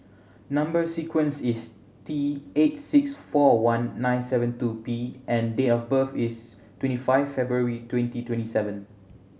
number sequence is T eight six four one nine seven two P and date of birth is twenty five February twenty twenty seven